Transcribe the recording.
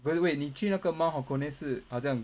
wait wait 你去那个 mount hakone 是好像